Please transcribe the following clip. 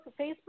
Facebook